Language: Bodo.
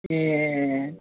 ए